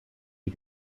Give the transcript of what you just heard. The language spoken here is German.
die